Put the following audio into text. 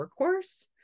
workhorse